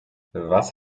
was